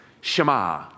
Shema